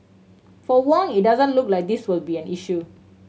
for Wong it doesn't look like this will be an issue